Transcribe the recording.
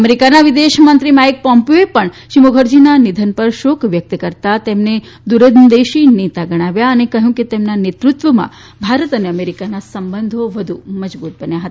અમેરીકાના વિદેશ મંત્રી માઇક પોમ્પીઓએ પણ શ્રી મુખર્જીના નિધન પર શોક વ્યકત કરતા તેમની દુરદંશી નેતા ગણાવ્યા છે અને કહયું કે તેમના નેતૃત્વમાં ભારત અમેરીકાના સંબંધો વધુ મજબુત બન્યા હતા